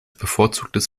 bevorzugtes